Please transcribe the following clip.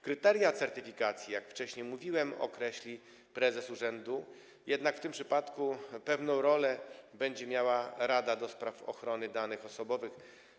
Kryteria certyfikacji, jak wcześniej mówiłem, określi prezes urzędu, jednak w tym przypadku pewną rolę będzie miała Rada do Spraw Ochrony Danych Osobowych.